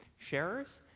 sharers,